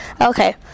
Okay